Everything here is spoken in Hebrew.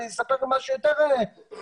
אני אספר משהו יותר חמור.